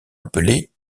appelée